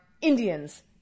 Indians